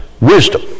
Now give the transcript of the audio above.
wisdom